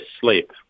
sleep